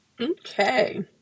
okay